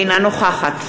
אינה נוכחת